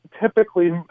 typically